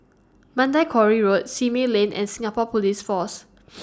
Mandai Quarry Road Simei Lane and Singapore Police Force